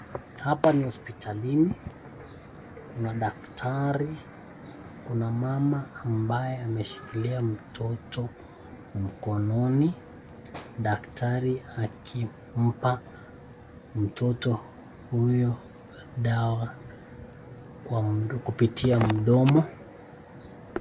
Hapa ni hospitalini, kuna daktari. Kuna mama ambaye ameshikilia mtoto mkononi daktari akimpa mtoto huyo dawa kupitia mdomo.